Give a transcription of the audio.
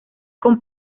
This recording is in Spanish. con